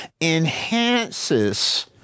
enhances